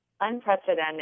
unprecedented